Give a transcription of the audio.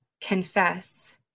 confess